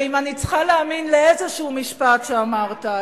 ואם אני צריכה להאמין לאיזה משפט שאמרת,